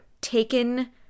taken